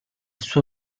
suo